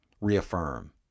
reaffirm